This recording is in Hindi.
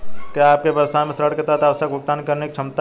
क्या आपके व्यवसाय में ऋण के तहत आवश्यक भुगतान करने की क्षमता है?